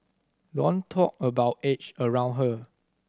don't talk about age around her